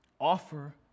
Offer